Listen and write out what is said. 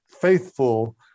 faithful